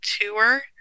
tour